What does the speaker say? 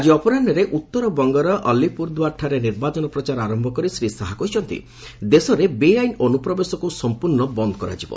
ଆଳି ଅପରାହ୍ନରେ ଉତ୍ତରବଙ୍ଗର ଅଲ୍ଲିପୁରଦୁଆର ଠାରେ ନିର୍ବାଚନ ପ୍ରଚାର ଆରମ୍ଭ କରି ଶ୍ରୀ ଶାହା କହିଛନ୍ତି ଦେଶରେ ବେଆଇନ ଅନୁପ୍ରବେଶକୁ ସମ୍ପର୍ଣ୍ଣ ବନ୍ଦ କରାଯିବ